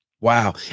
Wow